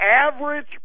average